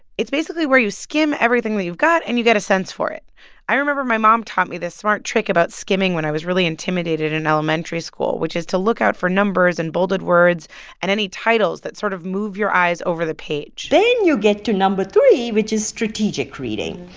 it's basically where you skim everything that you've got and you get a sense for it i remember my mom taught me this smart trick about skimming when i was really intimidated in elementary school, which is to look out for numbers and bolded words and any titles that sort of move your eyes over the page then you get to no. three, which is strategic reading.